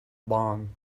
bun